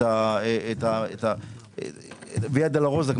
הויה דולורוזה,